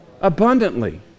abundantly